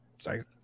Sorry